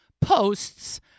posts